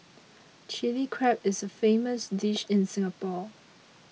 Chilli Crab is a famous dish in Singapore